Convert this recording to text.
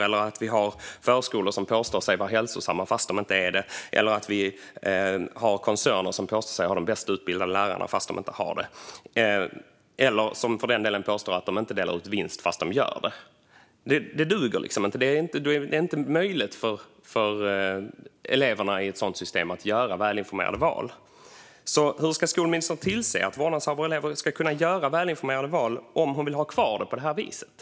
Det duger inte att vi har förskolor som påstår sig vara hälsosamma fastän de inte är det eller att vi har koncerner som påstår sig ha de bäst utbildade lärarna fast de inte har det - eller för den delen att vi har koncerner som påstår att de inte delar ut vinst fastän de gör det. Det duger liksom inte. Det är inte möjligt för eleverna att göra välinformerade val i ett sådant system. Hur ska skolministern tillse att vårdnadshavare och elever ska kunna göra välinformerade val om hon vill ha kvar det här systemet?